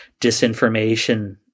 disinformation